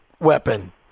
weapon